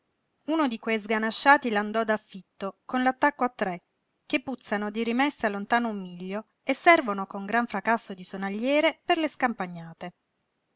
uno di que sganasciati landò d'affitto con l'attacco a tre che puzzano di rimessa lontano un miglio e servono con gran fracasso di sonagliere per le scampagnate